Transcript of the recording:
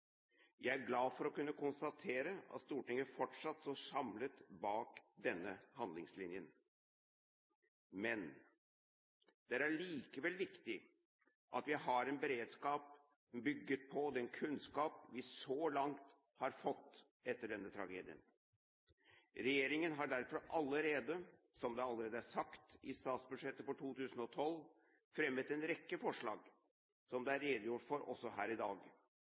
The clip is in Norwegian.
Jeg er glad for å kunne konstatere at Stortinget fortsatt står samlet bak denne handlingslinjen. Men det er allikevel viktig at vi har en beredskap bygget på den kunnskap vi så langt har fått etter denne tragedien. Regjeringen har derfor – som det allerede er sagt – i statsbudsjettet for 2012 fremmet en rekke forslag som det er redegjort for også her i dag.